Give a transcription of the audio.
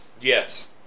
Yes